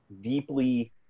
deeply